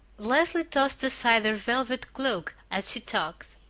leslie tossed aside her velvet cloak as she talked.